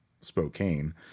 Spokane